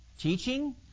teaching